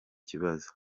kibazo